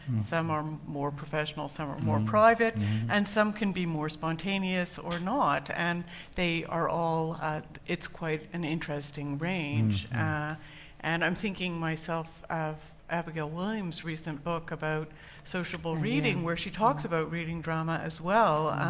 some are more professional, some are more private and some can be more spontaneous or not and they are all it's quite an interesting range and i'm thinking myself of abigail williams' recent book about sociable reading where she talks about reading drama as well.